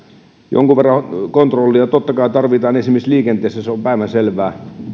jonkun verran kontrollia totta kai tarvitaan esimerkiksi liikenteessä se on päivänselvää